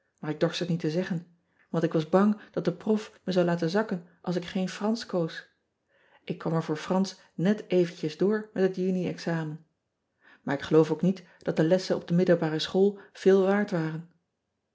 maar ik dorst het niet te zeggen want ik was bang dat de rof me zou laten zakken als ik geen ransch koos k kwam er voor ransch niet eventjes door met hat uni examen aar ik geloof ook niet dat de lessen op de iddelbare chool veel waard waren